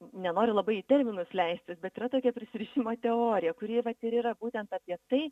nenoriu labai į terminus leistis bet yra tokia prisirišimo teorija kuri vat ir yra būtent apie tai